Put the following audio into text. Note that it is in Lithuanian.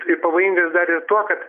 ir pavojingas dar ir tuo kad